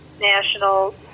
national